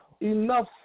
enough